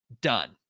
done